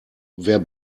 wer